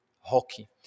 hockey